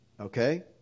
Okay